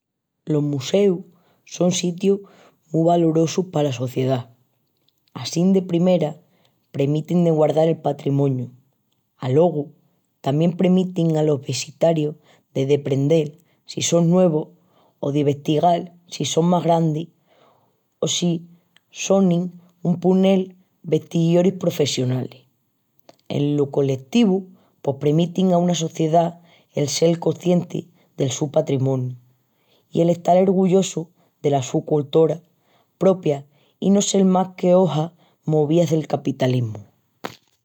Los museus son sitius mu valorosus pala sociedá. Assín de primeras premitin de guardal el patrimoñu. Alogu tamién premitin alos vesitaoris de deprendel, si son nuevus, o de vestigal si son más grandis o si sonin, un ponel, vestigaoris profissionalis. Eno coletivu pos premiti a una sociedá el sel coscientis del su patrimoñu i l'estal ergullosus dela su coltura propia i no sel más qu'ojas movías del capitalismu.